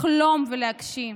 לחלום ולהגשים.